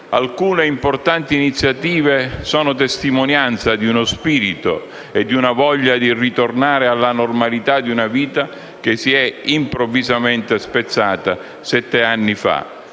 alcune importanti iniziative sono testimonianza di uno spirito e una voglia di ritornare alla normalità di una vita che si è improvvisamente spezzata sette anni fa.